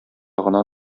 гына